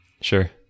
Sure